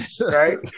Right